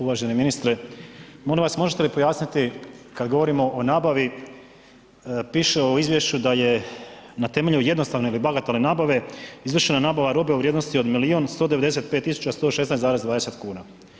Uvaženi ministre, molim vas možete li pojasniti kad govorimo o nabavi, piše u izvješću da je na temelju jednostavne ili bagatelne nabave izvršena nabava robe u vrijednosti od 1 195 116,20 kuna.